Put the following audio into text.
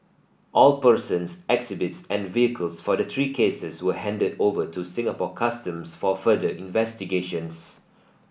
all persons exhibits and vehicles for the three cases were handed over to Singapore Customs for further investigations